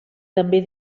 també